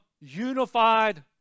unified